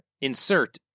insert